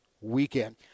weekend